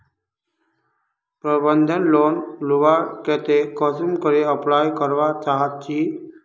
प्रबंधन लोन लुबार केते कुंसम करे अप्लाई करवा चाँ चची?